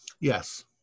Yes